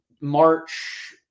March